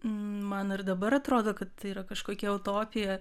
man ir dabar atrodo kad tai yra kažkokia utopija